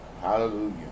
Hallelujah